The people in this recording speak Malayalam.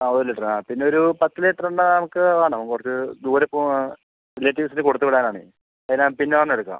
ആ ഒരു ലിറ്ററ് ആ പിന്നെ ഒരു പത്ത് ലിറ്ററിൻ്റെ എണ്ണ നമ്മക്ക് വേണം കുറച്ച് ദൂരെ പോകുവ റിലേറ്റീവ്സിന് കൊടുത്ത് വിടാൻ ആണേ അത് ഞാൻ പിന്നെ വന്ന് എടുക്കാം